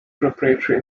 preparatory